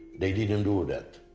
they didn't do that.